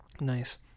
nice